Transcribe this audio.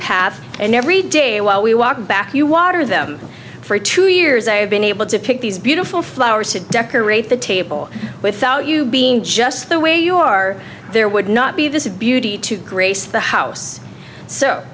path and every day while we walk back you water them for two years i have been able to pick these beautiful flowers to decorate the table without you being just the way you are there would not be this beauty to grace the house so